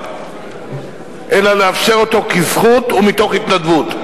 אלא לאפשר אותו כזכות ומתוך התנדבות.